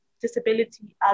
disability